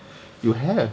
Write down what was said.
you have